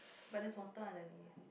but there's water underneath